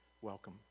welcome